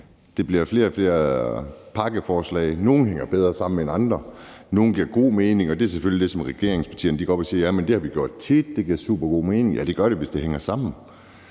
Der bliver flere og flere pakkeforslag. Nogle hænger bedre sammen end andre. Nogle giver god mening, og det er selvfølgelig der, hvor regeringspartierne vil sige: Det har vi gjort tit, og det giver supergod mening. Ja, det gør det, hvis det hænger sammen.